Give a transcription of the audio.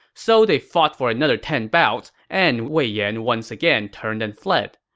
so they fought for another ten bouts, and wei yan once again turned and fled.